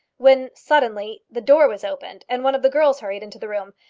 when suddenly the door was opened, and one of the girls hurried into the room.